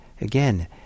Again